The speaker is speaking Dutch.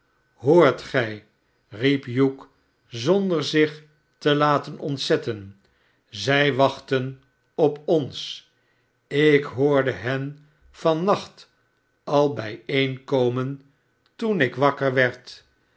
hoort gij riep hugh zonder zich te laten ontzetten szij wachten op ons ik hoorde hen van nacht al bijeenkomen toen ik barnaby rudge wakker werd